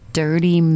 dirty